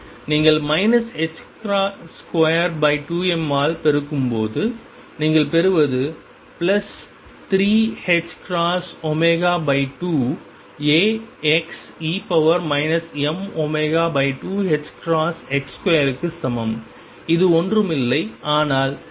நீங்கள் 22m ஆல் பெருக்கும்போது நீங்கள் பெறுவது பிளஸ் 3ℏω2Axe mω2ℏx2 க்கு சமம் இது ஒன்றுமில்லை ஆனால் 3ℏω2